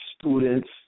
students